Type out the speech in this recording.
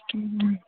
ம்